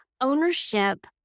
ownership